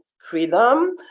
freedom